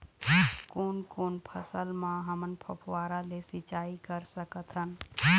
कोन कोन फसल म हमन फव्वारा ले सिचाई कर सकत हन?